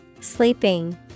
Sleeping